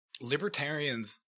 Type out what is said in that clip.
libertarians –